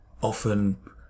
often